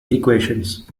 equations